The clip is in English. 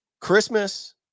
Christmas